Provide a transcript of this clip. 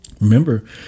Remember